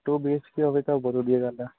to B H K ਹੋਵੇ ਤਾਂ ਬਹੁਤ ਵਧੀਆ ਗੱਲ ਹੈ